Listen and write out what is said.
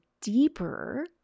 deeper